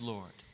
Lord